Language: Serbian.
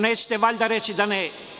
Nećete valjda reći da ne.